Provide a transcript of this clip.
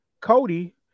Cody